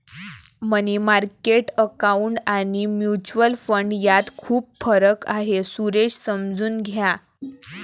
मनी market account आणि mutual fund यात खूप फरक आहे, सुरेश समजून घ्या